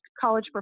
college